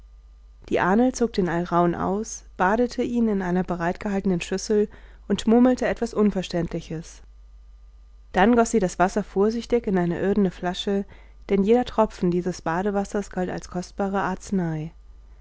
die ahnl zog den alraun aus badete ihn in einer bereitgehaltenen schüssel und murmelte etwas unverständliches dann goß sie das wasser vorsichtig in eine irdene flasche denn jeder tropfen dieses badewassers galt als kostbare arznei